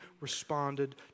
responded